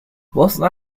bosna